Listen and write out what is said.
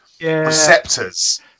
receptors